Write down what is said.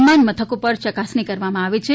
વિમાનમથકો પર ચકાસણી કરવામા આવે છે